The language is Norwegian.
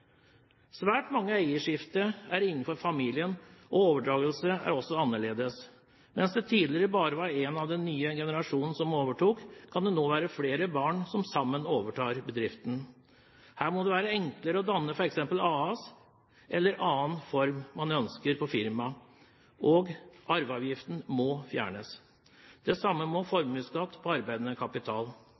Svært mange av eierskiftene er innenfor familien, og overdragelsene er også annerledes. Mens det tidligere bare var én av den nye generasjonen som overtok, kan det nå være flere barn som sammen overtar bedriften. Her må det være enklere å danne f.eks. et AS eller få en annen form som man ønsker, på firmaet, og arveavgiften må fjernes. Det samme må formuesskatt på arbeidende kapital